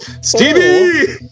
Stevie